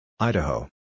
Idaho